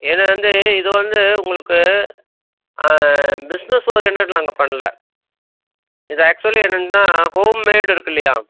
இத வந்து இது வந்து உங்களுக்கு பிஸ்னஸ் ஓரியண்டட் நாங்கள் பண்ணல இது ஆக்ஷுவலி என்னென்னா ஹோம்மேடு இருக்குல்லையா